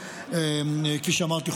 כפי שאמרתי,